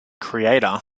creator